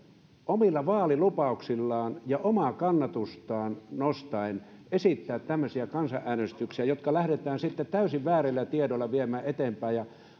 omilla vaalilupauksillaan ja omaa kannatustaan nostaen esittää tämmöisiä kansanäänestyksiä joita lähdetään sitten täysin väärillä tiedoilla viemään eteenpäin ja